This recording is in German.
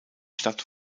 stadt